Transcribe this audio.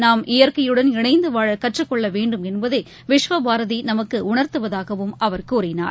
நாம் இயற்கையுடன் இணைந்தவாழகற்றுக்கொள்ளவேண்டும் என்பதைவிஸ்வபாரதிநமக்குஉணர்த்துவதாகவும் அவர் கூறினார்